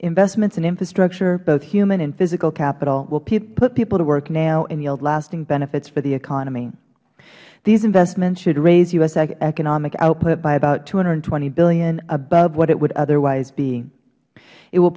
investments in infrastructure both human and physical capital will put people to work now and yield lasting benefits for the economy these investments should raise u s economic output by about two hundred and twenty dollars billion above what it would otherwise be it will